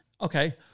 Okay